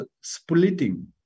splitting